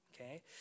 okay